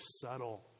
subtle